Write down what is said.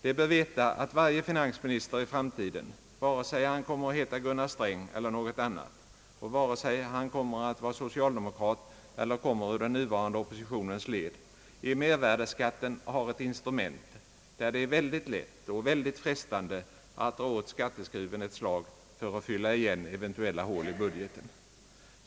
Det bör veta att varje finansminister i framtiden, vare sig han kommer att heta Sträng eller något annat och vare sig han kommer att vara socialdemokrat eller kommer ur den nuvarande oppositionens led, i mervärdeskatten har ett instrument, som gör det mycket lätt och mycket frestande att dra åt skatteskruven ett slag för att fylla igen eventuella hål i budgeten.